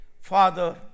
Father